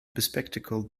bespectacled